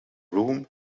room